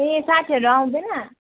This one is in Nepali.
ए साथीहरू आउँदैन